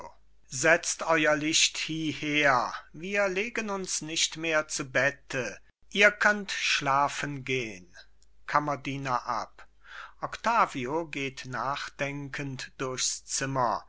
setzt euer licht hieher wir legen uns nicht mehr zu bette ihr könnt schlafen gehn kammerdiener ab octavio geht nachdenkend durchs zimmer